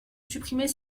supprimer